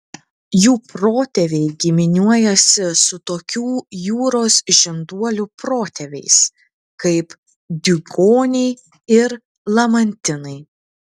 jų protėviai giminiuojasi su tokių jūros žinduolių protėviais kaip diugoniai ir lamantinai